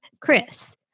Chris